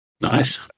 Nice